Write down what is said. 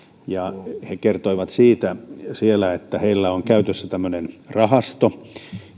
ja he kertoivat siellä että heillä on käytössä tämmöinen rahasto